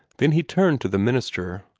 then he turned to the minister.